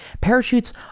Parachutes